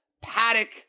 Paddock